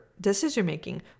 decision-making